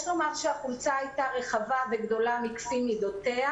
יש לומר שהחולצה הייתה רחבה וגדולה מכפי מידותיה